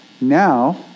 Now